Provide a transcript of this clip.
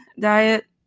diet